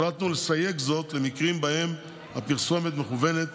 החלטנו לסייג זאת למקרים שבהם הפרסומת מכוונת